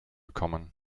common